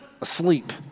asleep